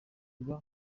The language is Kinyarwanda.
ibe